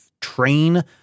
train